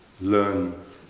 learn